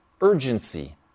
urgency